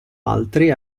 altri